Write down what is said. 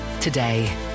today